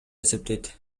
эсептейт